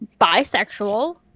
bisexual